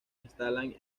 instalan